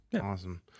Awesome